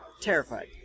terrified